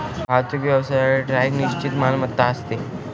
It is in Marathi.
वाहतूक व्यवसायात ट्रक ही निश्चित मालमत्ता असते